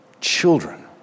children